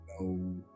no